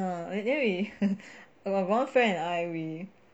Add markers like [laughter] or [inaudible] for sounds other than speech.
and then we [laughs] got one friend and I we